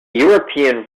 european